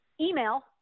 email